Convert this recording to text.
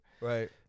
right